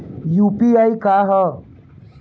UPI का ह?